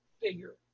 figure